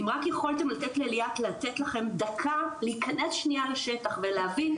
אם רק יכולתם לתת לליאת לתת לכם דקה להיכנס שנייה לשטח ולהבין,